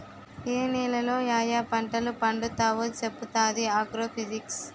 ఏ నేలలో యాయా పంటలు పండుతావో చెప్పుతాది ఆగ్రో ఫిజిక్స్